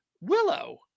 Willow